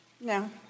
No